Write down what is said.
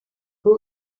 who